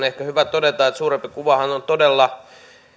ehkä hyvä todeta että suurempi kuvahan on todella